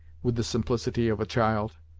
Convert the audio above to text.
with the simplicity of a child.